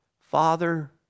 Father